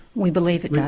we believe it does.